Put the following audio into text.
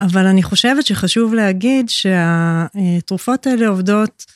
אבל אני חושבת שחשוב להגיד שהתרופות האלה עובדות.